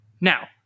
Now